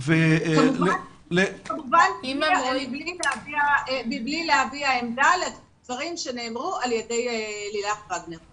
כמובן מבלי להביע עמדה לדברים שנאמרו על ידי לילך וגנר.